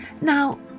Now